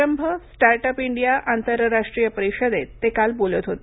प्रारंभः start up India आंतरराष्ट्रीय परिषदेत ते काल बोलत होते